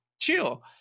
chill